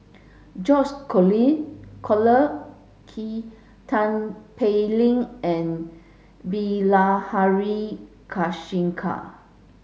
George Collyer Key Tin Pei Ling and Bilahari Kausikan